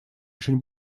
очень